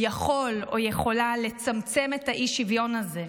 יכול או יכולה לצמצם את האי-שוויון הזה?